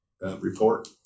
report